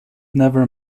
never